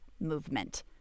movement